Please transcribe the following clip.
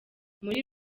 muri